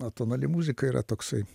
atonali muzika yra toksai